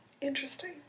Interesting